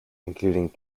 including